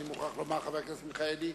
אני מוכרח לומר, חבר הכנסת מיכאלי,